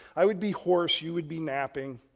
i would be hoarse, you would be napping,